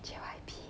J_Y_P